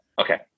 Okay